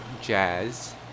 jazz